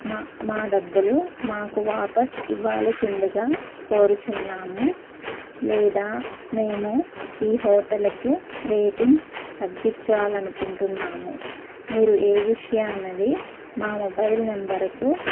మా మా డబ్బులు మాకు వాపస్ ఇవ్వాలి ఫుల్లుగా కోరుచున్నాము లేదా మేము ఈ హోటలకు రేటింగ్స్ తగ్గించాలనుకుంటున్నాము మీరు ఏ విషయం అన్నది మా మొబైల్ నెంబరుకు